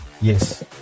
Yes